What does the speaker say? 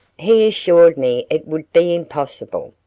he assured me it would be impossible,